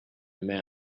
mouth